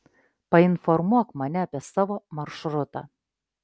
painformuok mane apie savo maršrutą